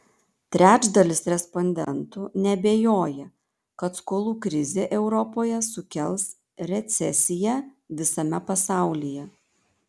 trečdalis respondentų neabejoja kad skolų krizė europoje sukels recesiją visame pasaulyje